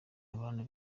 abantu